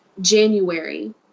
January